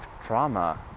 trauma